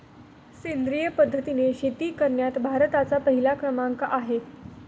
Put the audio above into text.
सेंद्रिय पद्धतीने शेती करण्यात भारताचा पहिला क्रमांक आहे